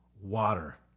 water